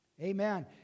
Amen